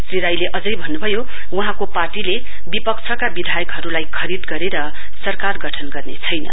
श्री राईले अझै भन्नुभयो वहाँको पार्टीले विपक्षका विधायकहरुलाई खरीद गरेर सरकार गठऩ गर्ने छैन